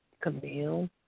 Camille